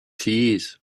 tears